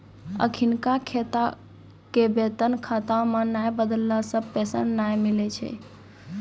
अखिनका खाता के वेतन खाता मे नै बदलला से पेंशन नै मिलै छै